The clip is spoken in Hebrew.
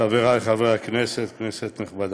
חברי חברי הכנסת, כנסת נכבדה,